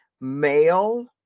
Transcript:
male